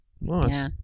Nice